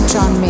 John